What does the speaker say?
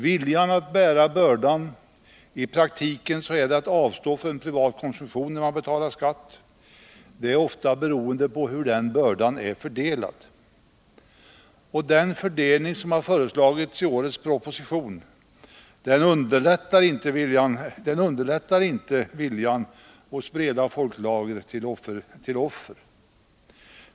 Viljan att bära bördan — i praktiken är det att avstå från privat konsumtion när man betalar skatt — är ofta beroende på hur den bördan är fördelad. Den fördelning som föreslagits i årets proposition ökar inte viljan till offer hos breda folklager.